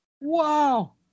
Wow